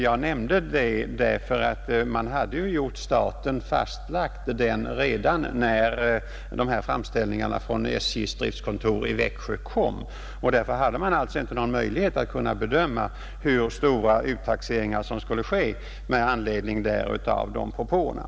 Jag nämnde det därför att man ju hade fastlagt staten redan när de här framställningarna från SJ:s driftkontor i Växjö kom. Man hade alltså inte någon möjlighet att bedöma hur stora uttaxeringar som skulle göras med anledning av de propåerna.